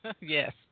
Yes